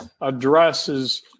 addresses